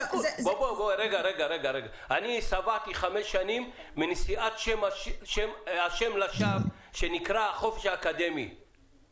אני שבעתי חמש שנים מנשיאת שם החופש האקדמי לשווא.